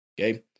Okay